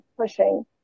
pushing